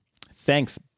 thanks